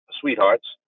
sweethearts